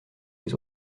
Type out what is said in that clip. les